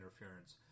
interference